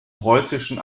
preußischen